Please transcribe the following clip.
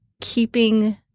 keeping